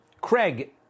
Craig